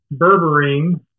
berberine